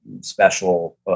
special